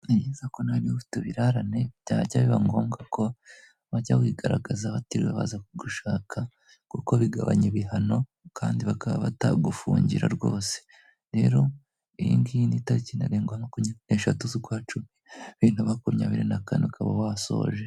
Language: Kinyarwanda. neza ko na ufite utabirarane byajya biba ngombwa ko bajya wigaragaza batiriwe baza kugushaka kuko bigabanya ibihano kandi bakaba batagufungira rwose, rero iyi ngiyi ni itakiki ntarengwa makumyabiri n'eshatu z'ukwacumi bibiri na makumyabiri na kane kaba wasoje.